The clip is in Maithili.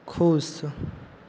खुश